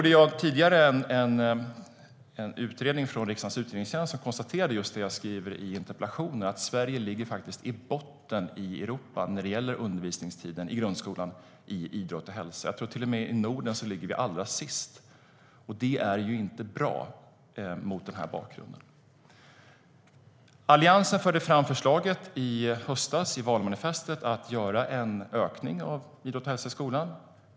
En utredning från riksdagens utredningstjänst konstaterade just det jag skriver i interpellationen, att Sverige faktiskt ligger i botten i Europa när det gäller undervisningstid i grundskolan i idrott och hälsa. Till och med i Norden tror jag att vi ligger allra sist. Det är ju inte bra, mot den här bakgrunden. Alliansen förde i valmanifestet i höstas fram förslaget att göra en ökning av idrott och hälsa.